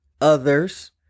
others